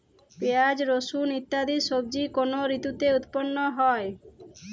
পিঁয়াজ রসুন ইত্যাদি সবজি কোন ঋতুতে উৎপন্ন হয়?